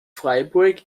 freiburg